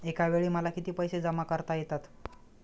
एकावेळी मला किती पैसे जमा करता येतात?